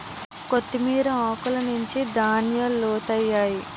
కొత్తిమీర ఆకులనుంచి ధనియాలొత్తాయి